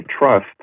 trust